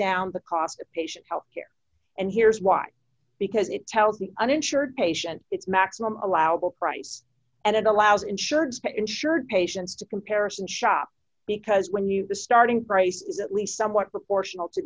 down the cost of patient health care and here's why because it tells the uninsured patient its maximum allowable price and it allows insureds insured patients to comparison shop because when you the starting price is at least somewhat proportional to